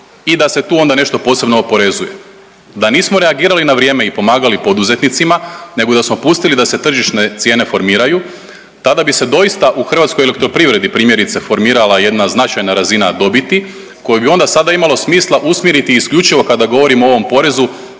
i da se tu onda nešto posebno oporezuje. Da nismo reagirali na vrijeme i pomagali poduzetnicima, nego da smo pustili da se tržišne cijene formiraju tada bi se doista u Hrvatskoj elektroprivredi primjerice formirala jedna značajna razina dobiti koju bi onda sada imalo smisla usmjeriti isključivo kada govorim o ovom porezu